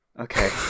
Okay